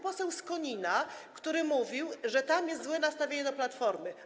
Poseł z Konina mówił, że tam jest złe nastawienie do Platformy.